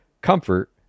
Comfort